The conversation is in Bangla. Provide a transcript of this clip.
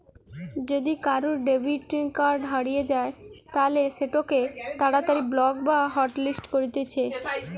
যদি কারুর ডেবিট কার্ড হারিয়ে যায় তালে সেটোকে তাড়াতাড়ি ব্লক বা হটলিস্ট করতিছে